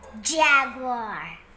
jaguar